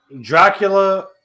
Dracula